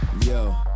yo